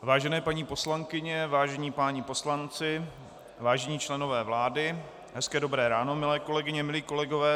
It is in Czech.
Vážené paní poslankyně, vážení páni poslanci, vážení členové vlády, hezké dobré ráno, milé kolegyně, milí kolegové.